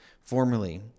formerly